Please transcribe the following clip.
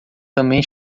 também